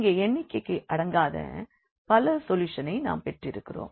இங்கே எண்ணிக்கைக்கு அடங்காத பல சொல்யூஷன் ஐ நாம் பெற்றிருக்கிறோம்